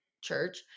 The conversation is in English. church